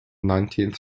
nineteenth